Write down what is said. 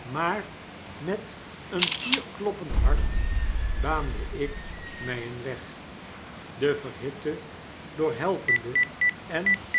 maar met een her kloppend hart baande ik my een weg de verhitte door helpenden en